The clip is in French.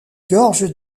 gorges